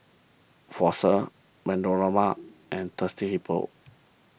Fossil and Thirsty Hippo